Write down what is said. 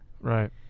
Right